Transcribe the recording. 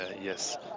Yes